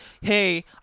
hey